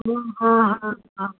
हा हा हा हा